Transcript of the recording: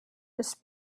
this